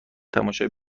تماشای